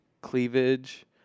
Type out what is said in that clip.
cleavage